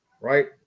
right